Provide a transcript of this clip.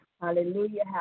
hallelujah